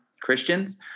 Christians